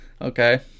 Okay